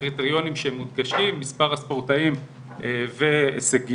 קריטריונים שנדרשים: מספר הספורטאים והישגיות.